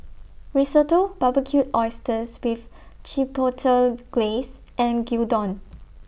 Risotto Barbecued Oysters with Chipotle Glaze and Gyudon